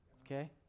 okay